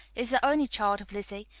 is the only child of lizzie,